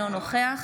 אינו נוכח